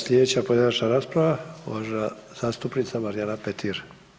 Sljedeća pojedinačna rasprava, uvažena zastupnica Marijana Petir.